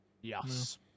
yes